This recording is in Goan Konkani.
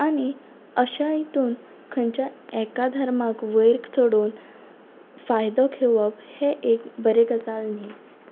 आनी अशा हेतून खंयचा एका धर्माक वयर चडोवन फायदो घेवप हें एक बरे गजाल न्ही